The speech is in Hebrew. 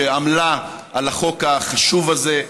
שעמלה על החוק החשוב הזה.